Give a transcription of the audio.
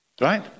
Right